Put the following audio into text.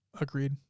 Agreed